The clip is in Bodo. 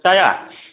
जाया